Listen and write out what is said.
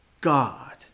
God